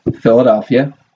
Philadelphia